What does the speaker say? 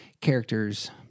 characters